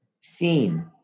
seen